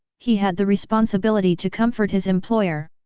he had the responsibility to comfort his employer.